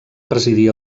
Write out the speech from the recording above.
presidir